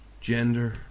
gender